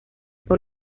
por